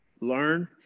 learn